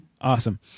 Awesome